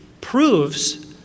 proves